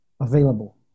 available